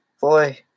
boy